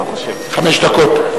חמש דקות.